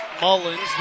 Mullins